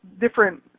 different